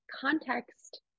context